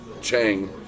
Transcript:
Chang